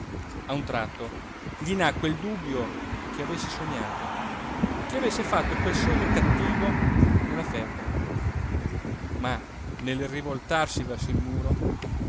a un tratto gli nacque il dubbio che avesse sognato che avesse fatto quel sogno cattivo nella febbre ma nel rivoltarsi verso il muro